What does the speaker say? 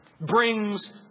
brings